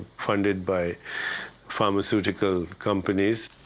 funded by pharmaceutical companies.